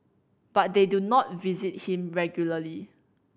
but they do not visit him regularly